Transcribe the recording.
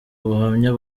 ubuhamya